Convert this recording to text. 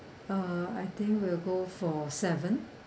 uh I think we'll go for seven